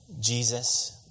Jesus